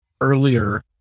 earlier